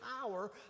power